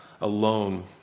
alone